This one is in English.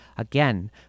Again